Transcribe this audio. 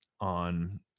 on